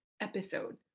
episode